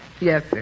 Yes